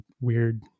weird